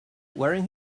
wearing